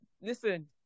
Listen